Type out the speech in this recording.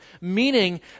meaning